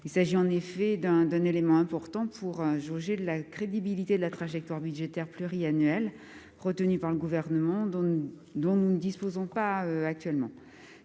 il s'agit d'un élément important pour jauger de la crédibilité de la trajectoire budgétaire pluriannuelle retenue par le Gouvernement. Et nous n'en disposons pas actuellement.